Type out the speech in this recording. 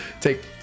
take